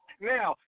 Now